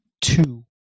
two